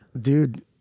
Dude